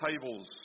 tables